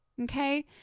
Okay